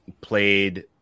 played